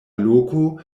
loko